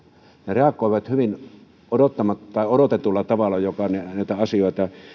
reagoivat hyvin odotetulla tavalla joka näistä asioista tietää se